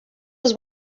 was